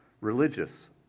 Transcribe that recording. Religious